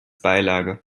beilage